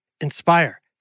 Inspire